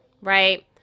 right